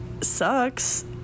sucks